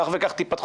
כך וכך תיפתחו.